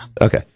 Okay